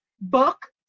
book